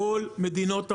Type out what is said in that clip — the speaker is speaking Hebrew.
כל מדינות המערב,